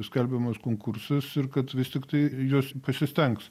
skelbiamas konkursas ir kad vis tiktai jos pasistengs